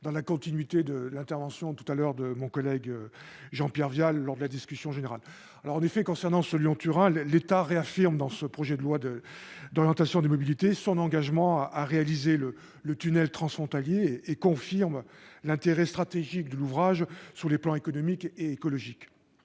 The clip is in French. dans la continuité de l'intervention de mon collègue Jean-Pierre Vial lors de la discussion générale. L'État réaffirme, au travers de ce projet de loi d'orientation des mobilités, son engagement à réaliser le tunnel transfrontalier et il confirme l'intérêt stratégique de l'ouvrage sur les plans économique et écologique.